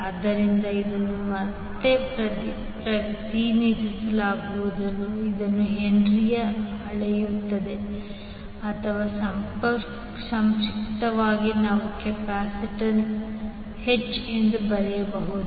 ಆದ್ದರಿಂದ ಇದನ್ನು ಮತ್ತೆ ಪ್ರತಿನಿಧಿಸಲಾಗುವುದು ಇದನ್ನು ಹೆನ್ರಿಯಲ್ಲಿ ಅಳೆಯಲಾಗುತ್ತದೆ ಅಥವಾ ಸಂಕ್ಷಿಪ್ತವಾಗಿ ನೀವು ಕ್ಯಾಪಿಟಲ್ ಎಚ್ ಎಂದು ಬರೆಯಬಹುದು